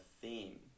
theme